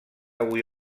avui